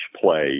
play